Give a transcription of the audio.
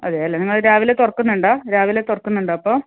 അതേല്ലേ നിങ്ങൾ രാവിലെ തുറക്കുന്നുണ്ടോ രാവിലെ തുറക്കുന്നുണ്ടോ അപ്പോൾ